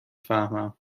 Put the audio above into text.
فهمم